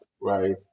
right